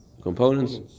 components